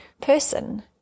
person